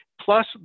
plus